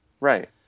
Right